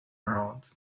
around